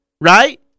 Right